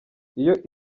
iyo